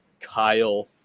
Kyle